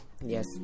Yes